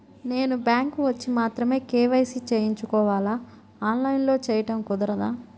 నేను బ్యాంక్ వచ్చి మాత్రమే కే.వై.సి చేయించుకోవాలా? ఆన్లైన్లో చేయటం కుదరదా?